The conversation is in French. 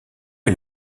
est